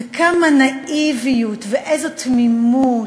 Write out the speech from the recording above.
וכמה נאיביות, ואיזו תמימות,